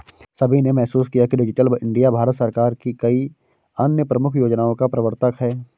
सभी ने महसूस किया है कि डिजिटल इंडिया भारत सरकार की कई अन्य प्रमुख योजनाओं का प्रवर्तक है